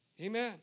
Amen